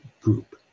group